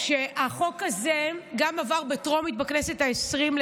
החוק הזה גם עבר בטרומית בכנסת העשרים,